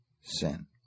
sin